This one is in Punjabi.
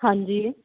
ਹਾਂਜੀ